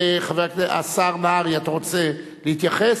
השר נהרי, אתה רוצה להתייחס?